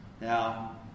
Now